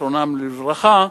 זכרם לברכה,